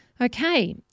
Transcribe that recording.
Okay